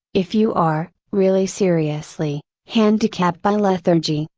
if you are, really seriously, handicapped by lethargy,